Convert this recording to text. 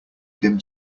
dim